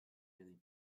really